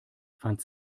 fand